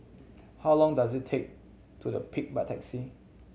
how long does it take to The Peak by taxi